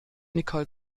nicole